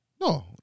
No